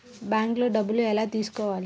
బ్యాంక్లో డబ్బులు ఎలా తీసుకోవాలి?